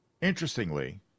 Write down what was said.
interestingly